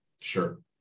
Sure